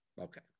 Okay